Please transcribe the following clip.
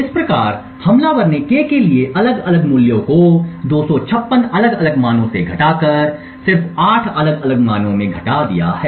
इस प्रकार हमलावर ने k के लिए अलग अलग मूल्यों को 256 अलग अलग मानों से घटाकर k के लिए सिर्फ 8 अलग अलग मानों में घटा दिया है